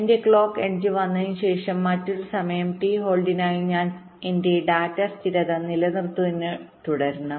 എന്റെ clock edge വന്നതിനുശേഷം മറ്റൊരു സമയം ടി ഹോൾഡിനായി ഞാൻ എന്റെ ഡാറ്റ സ്ഥിരത നിലനിർത്തുന്നത് തുടരണം